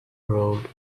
road